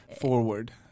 forward